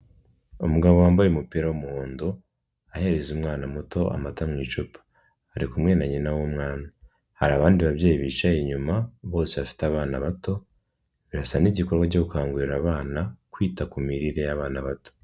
Umugabo wambaye umupira w'umuhondo, ahereza umwana muto amata mu icupa, ari kumwe na nyina w'umwana, hari abandi babyeyi bicaye inyuma bose bafite abana bato, birasa n'igikorwa cyo gukangurira abana kwita ku mirire y'abana bato.